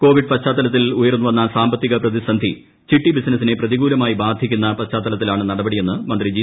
Covid പശ്ചാത്തുല്പ്ത്തീൽ ഉയർന്നുവന്ന സാമ്പ ത്തിക പ്രതിസന്ധി ചിട്ടി ബിസ്സിനസിറ്റ് പ്ര്യ്തികൂലമായി ബാധിക്കുന്ന പശ്ചാത്തലത്തിലാണ് നടപടിയ്യെന്ന് മന്ത്രി ജി